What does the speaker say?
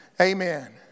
Amen